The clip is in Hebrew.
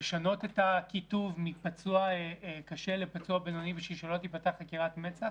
לשנות את הכיתוב מפצוע קשה לפצוע בינוני כדי שלא תיפתח חקירת מצ"ח